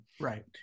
Right